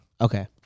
Okay